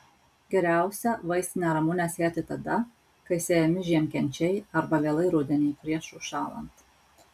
geriausia vaistinę ramunę sėti tada kai sėjami žiemkenčiai arba vėlai rudenį prieš užšąlant